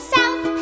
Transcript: South